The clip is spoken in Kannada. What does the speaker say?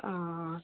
ಆಂ